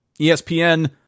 ESPN